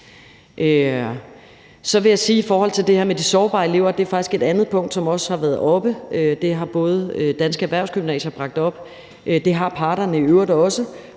Så vil jeg sige noget i forhold til det her med de sårbare elever – og det er faktisk et andet punkt, som også har været oppe, og det har både Danske Erhvervsskoler og -Gymnasier og det har parterne i øvrigt også